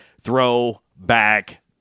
throwback